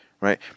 right